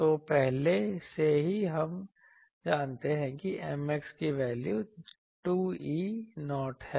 तो पहले से ही हम जानते हैं कि Mx की वैल्यू 2E0 है